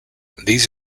these